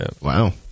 Wow